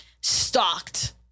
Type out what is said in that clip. stalked